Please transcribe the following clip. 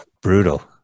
Brutal